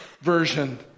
version